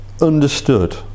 understood